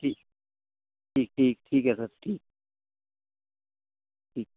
ठि ठीक ठीक ठीक है सर ठीक ठीक